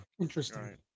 Interesting